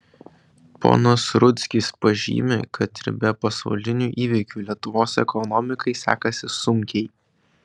ponas rudzkis pažymi kad ir be pasaulinių įvykių lietuvos ekonomikai sekasi sunkiai